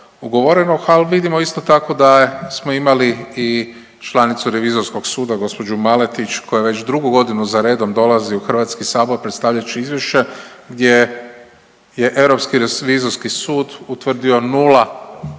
ugovorenog, ali vidimo isto tako da je, da smo imali članicu Revizorskog suda gđu. Maletić koja već drugu godinu za redom dolazi u HS predstavljajući izvješće gdje je Europski revizorski sud utvrdio 0